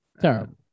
Terrible